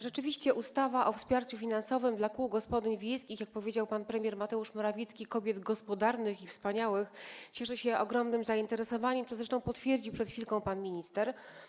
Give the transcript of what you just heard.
Rzeczywiście ustawa o wsparciu finansowym dla kół gospodyń wiejskich, jak powiedział pan premier Mateusz Morawiecki, kobiet gospodarnych i wspaniałych, cieszy się ogromnym zainteresowaniem, co zresztą potwierdził przed chwilką pan minister.